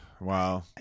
Wow